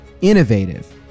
innovative